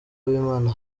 uwimana